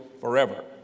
forever